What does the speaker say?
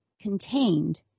contained